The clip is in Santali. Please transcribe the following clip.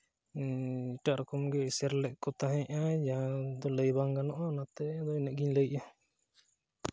ᱮᱴᱟᱜ ᱨᱚᱠᱚᱢ ᱜᱮ ᱮᱥᱮᱨ ᱞᱮᱫ ᱠᱚ ᱛᱟᱦᱮᱸ ᱟᱭ ᱡᱟᱦᱟᱸ ᱫᱚ ᱞᱟᱹᱭ ᱵᱟᱝ ᱜᱟᱱᱚᱜᱼᱟ ᱚᱱᱟᱛᱮ ᱟᱫᱚ ᱤᱱᱟᱹᱜ ᱜᱮᱧ ᱞᱟᱹᱭᱮᱫᱼᱟ